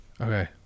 Okay